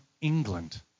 England